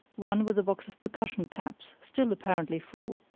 one with a box of percussion caps, still apparently full,